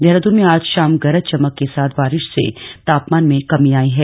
देहरादून में आज शाम गरज चमक के साथ वारिश से तापमान में कमी आयी है